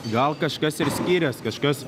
gal kažkas ir skirias kažkas